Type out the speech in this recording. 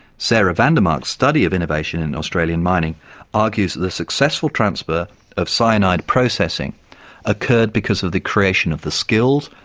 sarah vandermark's study of innovation in australian mining argues the successful transfer of cyanide processing occurred because of the creation of the skills,